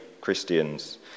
Christians